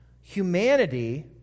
humanity